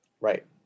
Right